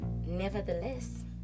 nevertheless